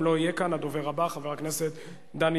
אם לא יהיה כאן, הדובר הבא, חבר הכנסת דני